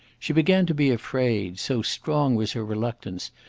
she began to be afraid, so strong was her reluctance,